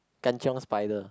Kan Chiong spider